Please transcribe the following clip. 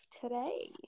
today